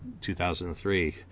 2003